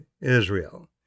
Israel